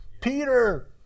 Peter